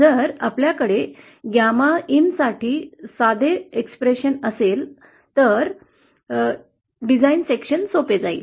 जर आपल्याकडे गॅमाइन साठी साधे समीकरण असले तर विभाग रचना सोपं जाईल